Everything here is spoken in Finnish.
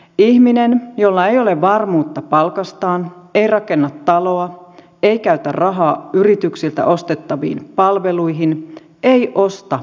ihminen jolla ei ole varmuutta palkastaan ei rakenna taloa ei käytä rahaa yrityksiltä ostettaviin palveluihin ei osta ja kuluta